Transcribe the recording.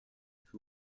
who